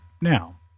Now